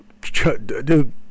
Dude